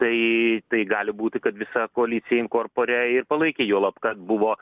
tai tai gali būti kad visa koalicija in corpore ir palaikė juolab kad buvo